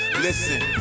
Listen